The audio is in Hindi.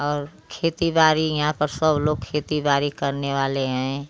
और खेती बारी यहाँ पर सब लोग खेती बारी करने वाले हैं